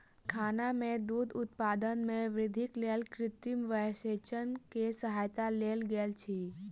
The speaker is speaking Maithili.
कारखाना में दूध उत्पादन में वृद्धिक लेल कृत्रिम वीर्यसेचन के सहायता लेल गेल अछि